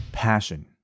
passion